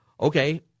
Okay